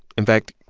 in fact,